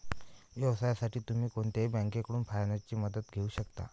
व्यवसायासाठी तुम्ही कोणत्याही बँकेकडून फायनान्सची मदत घेऊ शकता